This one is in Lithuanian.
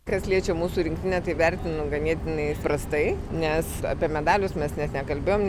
kas liečia mūsų rinktinę tai vertinu ganėtinai prastai nes apie medalius mes net nekalbėjom